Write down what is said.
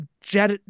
jet